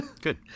Good